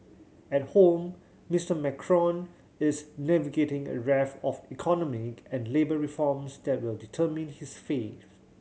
at home Mister Macron is navigating a raft of economic and labour reforms that will determine his fate